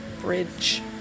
Bridge